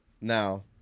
Now